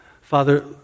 Father